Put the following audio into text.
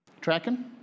Tracking